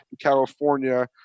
California